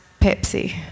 Pepsi